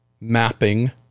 mapping